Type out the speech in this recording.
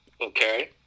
okay